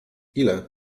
ile